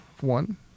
one